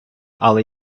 але